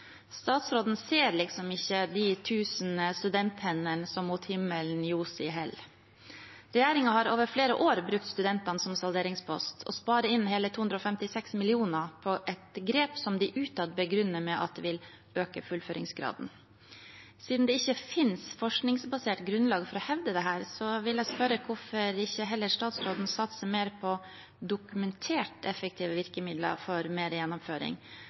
Statsråden ser liksom ikke de tusen studenthendene som mot himmelen ljosa held. Regjeringen har over flere år brukt studentene som salderingspost og sparer inn hele 256 mill. kr på et grep som de utad begrunner med at det vil øke fullføringsgraden. Siden det ikke finnes noe forskningsbasert grunnlag for å hevde dette, vil jeg spørre hvorfor statsråden ikke heller satser mer på dokumentert effektive virkemidler for